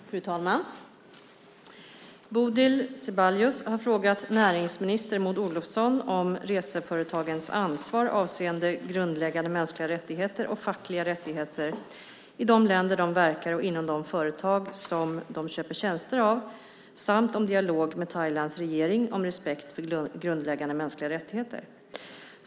Fru talman! Bodil Ceballos har frågat näringsminister Maud Olofsson om reseföretagens ansvar avseende grundläggande mänskliga rättigheter och fackliga rättigheter i de länder de verkar och inom de företag som de köper tjänster av samt om dialog med Thailands regering om respekt för grundläggande mänskliga rättigheter.